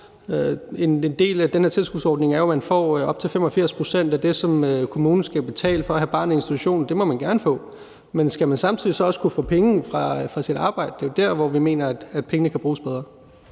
af den her tilskudsordning er jo, at man får op til 85 pct. af det, som kommunen skal betale for at have barnet i institution. Det må man gerne få. Men skal man så samtidig også kunne få penge fra sit arbejde? Det er jo der, hvor vi mener, at pengene kan bruges bedre.